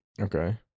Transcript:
Okay